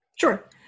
Sure